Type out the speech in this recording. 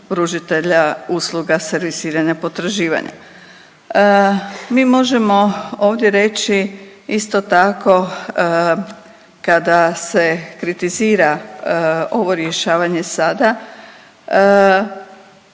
usluga servisiranja potraživanja. Mi možemo ovdje reći isto tako kada se kritizira ovo rješavanje sada,